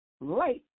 light